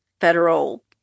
federal